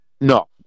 no